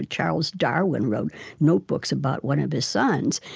ah charles darwin wrote notebooks about one of his sons,